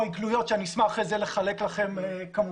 יש פה גלויות שאני אשמח אחרי זה לחלק לכם כמובן,